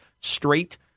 straight